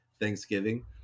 thanksgiving